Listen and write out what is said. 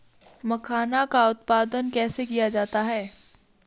मखाना का उत्पादन कैसे किया जाता है?